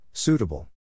Suitable